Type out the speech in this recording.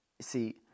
see